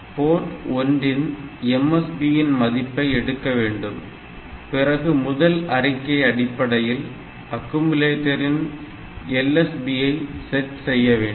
board 1 இன் MSB இன் மதிப்பை எடுக்கவேண்டும் பிறகு முதல் அறிக்கை அடிப்படையில் அக்குமுலேட்டரின் LSB ஐ செட் செய்யவேண்டும்